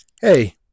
hey